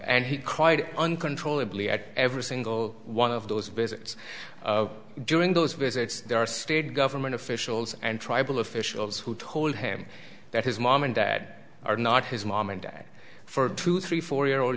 and he cried uncontrollably at every single one of those visits during those visits there are state government officials and tribal officials who told him that his mom and dad are not his mom and dad for two three four year old